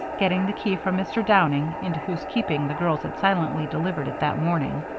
getting the key from mr. downing, into whose keeping the girls had silently delivered it that morning.